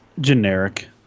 Generic